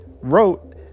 wrote